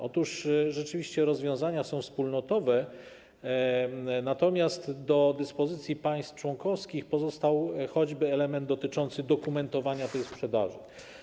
Otóż rzeczywiście rozwiązania są wspólnotowe, natomiast do dyspozycji państw członkowskich pozostał choćby element dotyczący dokumentowania sprzedaży.